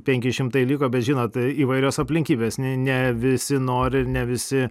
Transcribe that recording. penki šimtai liko bet žinot įvairios aplinkybės ne ne visi nori ir ne visi